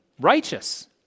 Righteous